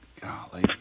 Golly